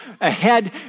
ahead